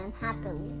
happily